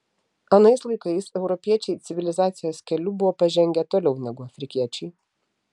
anais laikais europiečiai civilizacijos keliu buvo pažengę toliau negu afrikiečiai